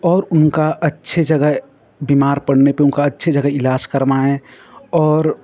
और उनका अच्छी जगह बीमार पड़ने पर उनका अच्छी जगह इलाज़ करवाएँ और